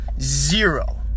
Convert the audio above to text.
Zero